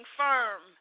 firm